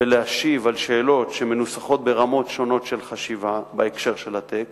ולהשיב על שאלות שמנוסחות ברמות שונות של חשיבה בהקשר של הטקסט,